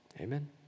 amen